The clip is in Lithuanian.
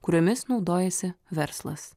kuriomis naudojasi verslas